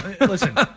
listen